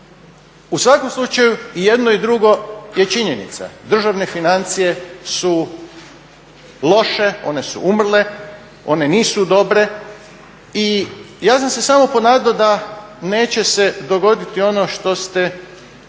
U svakom slučaju i jedno i drugo je činjenica. Državne financije su loše, one su umrle, one nisu dobre i ja sam se samo ponadao da neće se dogoditi ono što ste